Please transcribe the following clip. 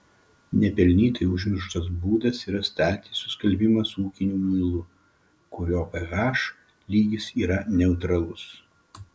nepelnytai užmirštas būdas yra staltiesių skalbimas su ūkiniu muilu kurio ph lygis yra neutralus